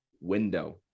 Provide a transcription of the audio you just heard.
window